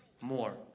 more